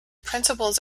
principles